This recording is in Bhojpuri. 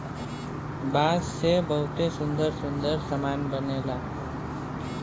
बांस से बहुते सुंदर सुंदर सामान बनला